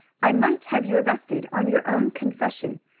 i might have you arrested on your own confession,